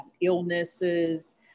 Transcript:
illnesses